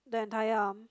the entire arm